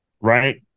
right